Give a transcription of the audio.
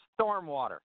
stormwater